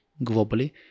globally